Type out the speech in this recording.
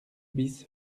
bis